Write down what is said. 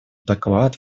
доклад